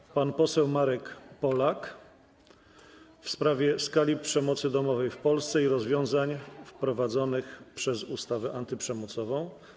Teraz pan poseł Marek Polak zada pytanie w sprawie skali przemocy domowej w Polsce i rozwiązań wprowadzonych przez ustawę antyprzemocową.